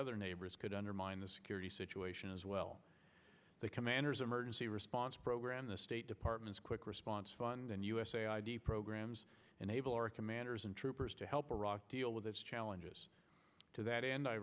other neighbors could undermine the security situation as well the commanders emergency response program the state department's quick response fund and usa id programs and able our commanders and troopers to help iraq deal with its challenges to that end i